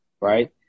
right